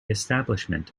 establishment